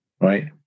right